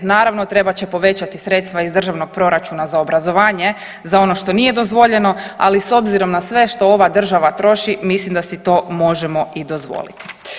Naravno trebat će povećati sredstva iz državnog proračuna za obrazovanje za ono što nije dozvoljeno, ali s obzirom na sve što ova država troši, mislim da si to možemo i dozvoliti.